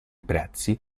prezzi